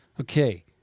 Okay